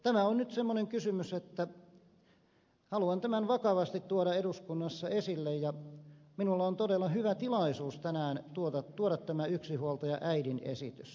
tämä on nyt semmoinen kysymys että haluan tämän vakavasti tuoda eduskunnassa esille ja minulla on todella hyvä tilaisuus tänään tuoda tämä yksinhuoltajaäidin esitys